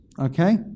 Okay